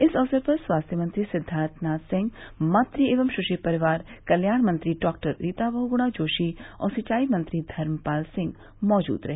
इस अवसर पर स्वास्थ्य मंत्री सिद्वार्थनाथ सिंह मातृ एवं शिशु परिवार कल्याण मंत्री डॉक्टर रीता बहुगुणा जोशी और सिंचाई मंत्री धर्मपाल सिंह मौजूद रहे